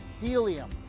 helium